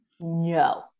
No